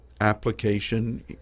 application